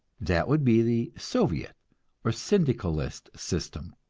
that would be the soviet or syndicalist system,